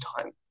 Time